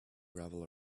gravel